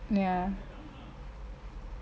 ya